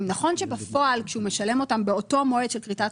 נכון שבפועל כשהוא משלם אותם באותו מועד של כריתת